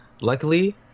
luckily